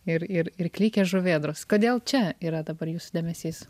ir ir ir klykė žuvėdros kodėl čia yra dabar jūsų dėmesys